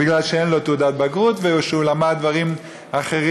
זה מפני שאין לו תעודת בגרות והוא למד דברים אחרים